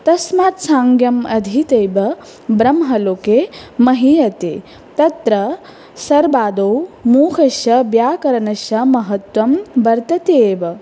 तस्मात् साङ्गम् अधीतेव ब्रह्मलोके महीयते तत्र सर्वादौ मुखस्य व्याकरणस्य महत्वं वर्तते एव